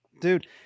dude